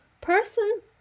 person